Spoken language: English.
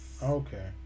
Okay